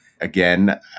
Again